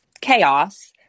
chaos